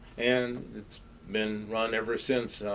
and it's been run ever since.